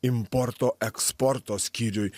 importo eksporto skyriui